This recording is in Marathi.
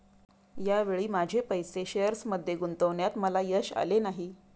या वेळी माझे पैसे शेअर्समध्ये गुंतवण्यात मला यश आले नाही